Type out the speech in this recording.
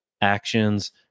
actions